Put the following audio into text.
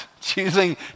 choosing